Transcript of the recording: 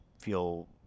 feel